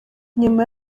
nyuma